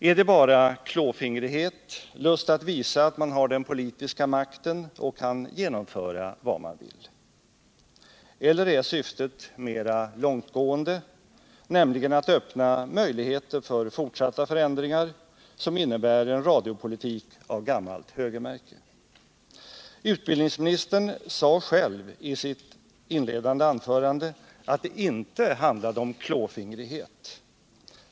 Är det bara klåfingrighet, lust att visa att man har den politiska makten och kan genomföra vad man vill? Eller är syftet mera långtgående, nämligen att öppna möjligheter för fortsatta förändringar, som innebär en radiopolitik av gammalt högermärke? Utbildningsministern sade själv i sitt inledande anförande, att det inte handlade om klåfingrighet.